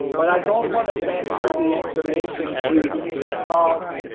but i don't want to transfer the information to the planck